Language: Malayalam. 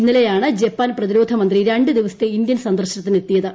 ഇന്നലെയാണ് ജപ്പാൻ പ്രതിരോധമന്ത്രി രണ്ടു ദിവസത്തെ ഇന്ത്യൻ സന്ദർശനത്തിനെത്തിയത്